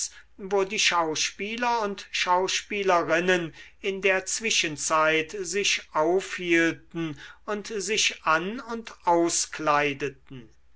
wo die schauspieler und schauspielerinnen in der zwischenzeit sich aufhielten und sich an und auskleideten